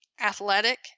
athletic